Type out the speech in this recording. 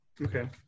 Okay